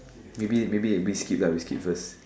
maybe maybe a rich kid we skip first